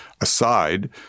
aside